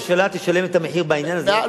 שהממשלה תשלם את המחיר בעניין הזה,